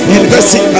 university